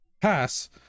pass